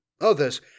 Others